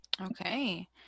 Okay